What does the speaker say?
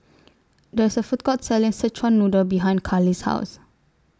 There IS A Food Court Selling Szechuan Noodle behind Karlie's House